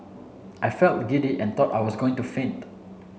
I felt giddy and thought I was going to faint